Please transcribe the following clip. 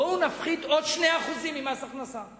בואו נפחית עוד 2% ממס הכנסה,